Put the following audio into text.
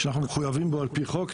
שאנחנו מחויבים בו על פי חוק.